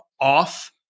off